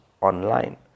online